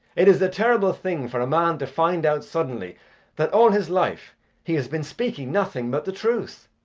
it is a terrible thing for a man to find out suddenly that all his life he has been speaking nothing but the truth.